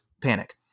panic